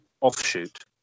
offshoot